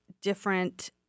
different